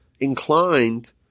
inclined